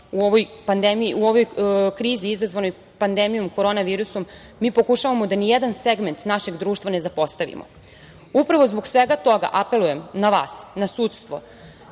u ovoj krizi izazvanoj pandemijom korona virusom mi pokušavamo da nijedan segment našeg društva ne zapostavimo. Upravo zbog svega toga apelujem na vas, na sudstvo